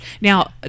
now